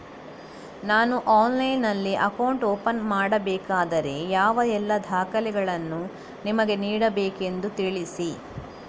ನಾನು ಆನ್ಲೈನ್ನಲ್ಲಿ account open ಮಾಡಬೇಕಾದರೆ ಯಾವ ಎಲ್ಲ ದಾಖಲೆಗಳನ್ನು ನಿಮಗೆ ನೀಡಬೇಕೆಂದು ತಿಳಿಸಿ?